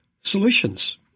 solutions